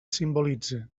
simbolitze